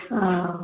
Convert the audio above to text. हँ